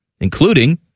including